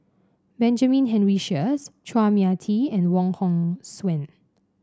Benjamin Henry Sheares Chua Mia Tee and Wong Hong Suen